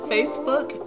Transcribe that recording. Facebook